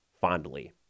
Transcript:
fondly